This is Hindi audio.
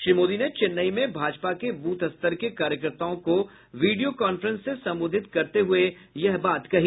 श्री मोदी ने चेन्नई में भाजपा के बूथ स्तर के कार्यकर्ताओं को वीडियो कांफ्रेंस से संबोधित करते हुए यह बात कही